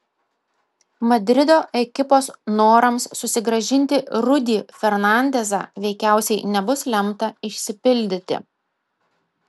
madrido ekipos norams susigrąžinti rudy fernandezą veikiausiai nebus lemta išsipildyti